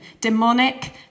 demonic